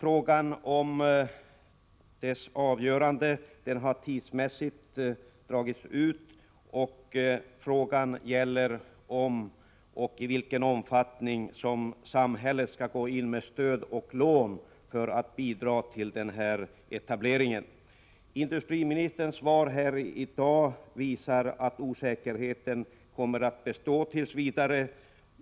Avgörandet om etableringen har dragit ut på tiden. Frågan är nu om och i så fall i vilken omfattning som samhället skall gå in med stöd och lån för att bidra till denna etablering. å Industriministerns svar i dag visar att osäkerheten tills vidare kommer att bestå.